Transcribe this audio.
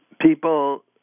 People